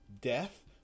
death